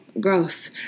growth